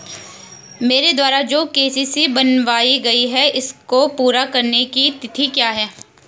मेरे द्वारा जो के.सी.सी बनवायी गयी है इसको पूरी करने की तिथि क्या है?